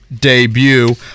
debut